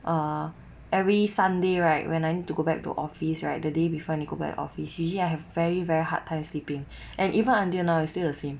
ah every sunday right when I need to go back to office right the day before I need to go back office usually I have very very hard time sleeping and even until now it's still the same